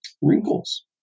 wrinkles